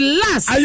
last